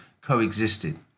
coexisted